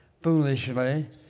foolishly